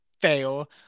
fail